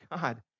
God